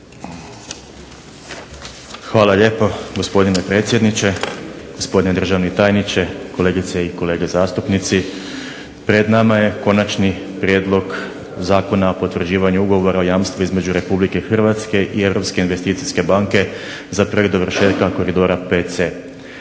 Hvala lijepo, gospodine predsjedniče. Gospodine državni tajniče, kolegice i kolege zastupnici. Pred nama je Konačni prijedlog zakona o potvrđivanju Ugovora o jamstvu između Republike Hrvatske i Europske investicijske banke za prvi dovršetak koridora VC.